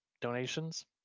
donations